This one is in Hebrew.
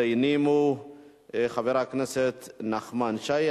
ראשון המתדיינים הוא חבר הכנסת נחמן שי.